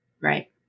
Right